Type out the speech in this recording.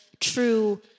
true